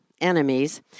enemies